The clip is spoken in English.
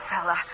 fella